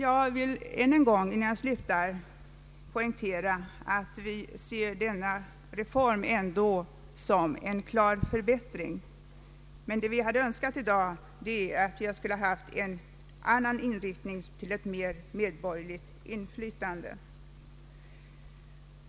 Jag vill emellertid än en gång poängtera att vi ser denna reform som en klar förbättring men vi skulle ha önskat en starkare inriktning mot ett större medborgarinfilytande.